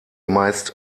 meist